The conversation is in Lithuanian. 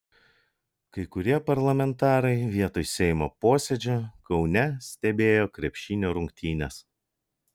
kai kurie parlamentarai vietoj seimo posėdžio kaune stebėjo krepšinio rungtynes